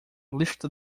lista